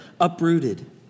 uprooted